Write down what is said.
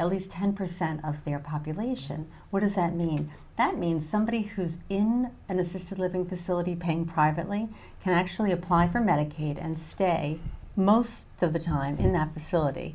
at least ten percent of their population what does that mean that means somebody who's in an assisted living facility paying privately can actually apply for medicaid and stay most of the time in that facility